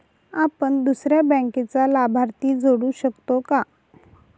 आपण दुसऱ्या बँकेचा लाभार्थी जोडू शकतो का?